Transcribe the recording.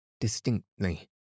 distinctly